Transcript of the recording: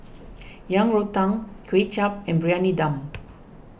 Yang Rou Tang Kway Chap and Briyani Dum